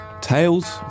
tales